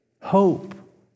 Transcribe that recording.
hope